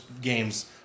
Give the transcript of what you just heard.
games